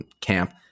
camp